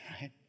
right